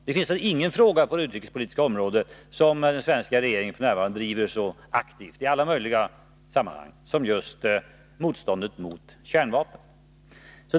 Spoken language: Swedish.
Det finns ingen fråga på det utrikespolitiska området som den svenska regeringen f. n. driver så aktivt i alla möjliga sammanhang som just motståndet mot kärnvapen.